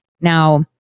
Now